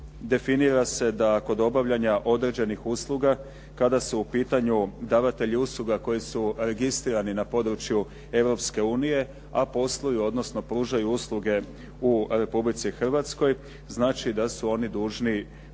definira se da kod obavljanja određenih usluga kada su u pitanju davatelji usluga koji su registrirani na području Europske unije, a posluju odnosno pružaju usluge u Republici Hrvatskoj, znači da su oni dužni poštivati